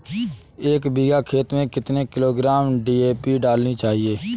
एक बीघा खेत में कितनी किलोग्राम डी.ए.पी डालनी चाहिए?